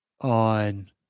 on